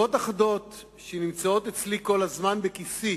בשורות אחדות שנמצאות אצלי כל הזמן, בכיסי,